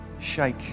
shake